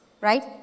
right